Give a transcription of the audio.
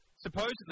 supposedly